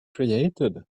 created